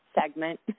segment